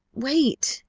wait!